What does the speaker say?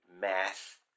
math